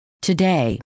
Today